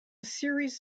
series